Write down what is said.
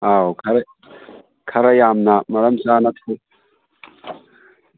ꯑꯥꯎ ꯈꯔ ꯈꯔ ꯌꯥꯝꯅ ꯃꯔꯝ ꯆꯥꯅ